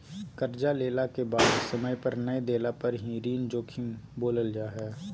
कर्जा लेला के बाद समय पर नय देला पर ही ऋण जोखिम बोलल जा हइ